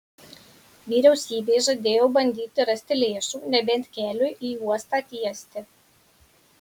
vyriausybė žadėjo bandyti rasti lėšų nebent keliui į uostą tiesti